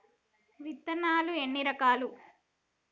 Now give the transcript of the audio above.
విత్తనాలు ఎన్ని రకాలు?